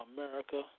America